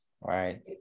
right